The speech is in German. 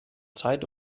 zeit